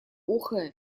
охая